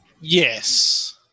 Yes